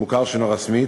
מוכר שאינו רשמי,